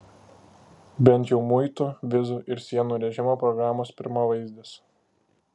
bent jau muitų vizų ir sienų režimo programos pirmavaizdis